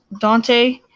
Dante